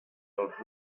els